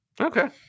Okay